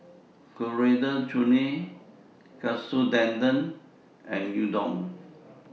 Coriander Chutney Katsu Tendon and Udon